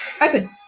Open